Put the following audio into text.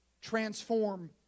transform